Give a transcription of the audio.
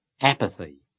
apathy